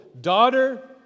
daughter